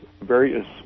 various